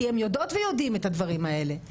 כי הם יודעים ויודעות את הדברים האלה,